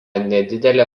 nedidelė